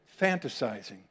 fantasizing